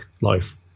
life